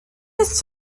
his